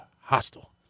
hostile